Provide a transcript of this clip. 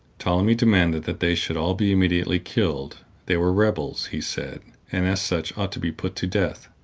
ptolemy demanded that they should all be immediately killed. they were rebels, he said, and, as such, ought to be put to death.